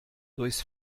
durchs